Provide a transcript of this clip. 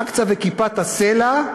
אל-אקצא וכיפת-הסלע,